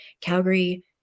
Calgary